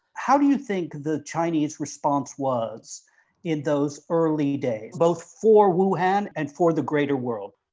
how do you think the chinese response was in those early days, both for wuhan and for the greater world?